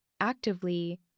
actively